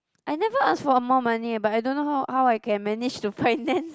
I never ask for more money but I don't know how how I can manage to finance